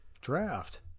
Draft